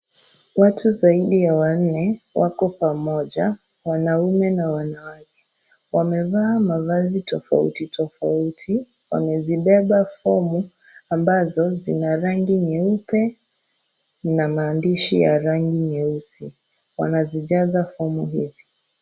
Watu zaidi ya wanne wako pamoja wanaume na wanawake, wamevaa mavazi tofauti tofauti wamezibeba fomu ambazo zina rangi nyeupe na maandishi ya rangi nyeusi wanazijaza fomu hizi.